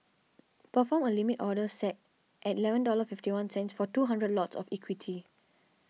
perform a Limit Order set at eleven dollar fifty one cents for two hundred lots of equity